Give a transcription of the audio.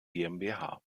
gmbh